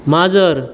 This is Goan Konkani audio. माजर